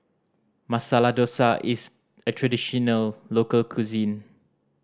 Masala Dosa is a traditional local cuisine